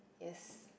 yes